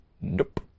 Nope